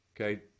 Okay